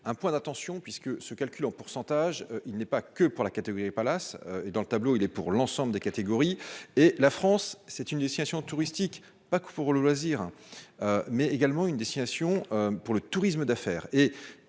un point d'attention puisque ce calcul en pourcentage il n'est pas que pour la catégorie Palace et dans le tableau, il est pour l'ensemble des catégories et la France, c'est une destination touristique, pas que pour le loisir, mais également une destination pour le tourisme d'affaires